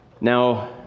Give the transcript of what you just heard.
now